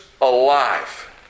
alive